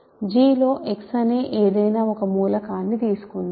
G లో x అనే ఏదైనా ఒక మూలకాన్ని తీసుకుందాం